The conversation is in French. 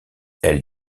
elle